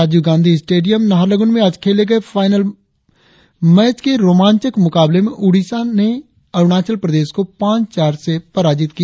Rajiv Gandhi stadium Naharlagun में आज खेले गए फाईनल मैच के रोमांचक मुकाबले में ओडिसा में अरुणाचल प्रदेश को पांच चार से पराजित किया